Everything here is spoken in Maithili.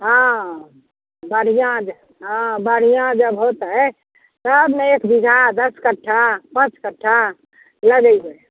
हँ बढ़िआँ हँ बढ़िआँ जब होयतै तब ने एक बीघा दश कट्ठा पाँच कट्ठा लगैबै